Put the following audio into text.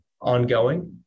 ongoing